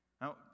Now